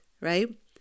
right